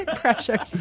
ah pressure,